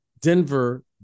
Denver